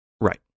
right